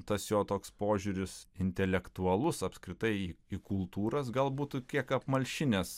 tas jo toks požiūris intelektualus apskritai į į kultūras gal būtų kiek apmalšinęs